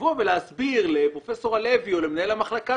לבוא ולהסביר לפרופ' הלוי או למנהל המחלקה